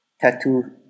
tattoo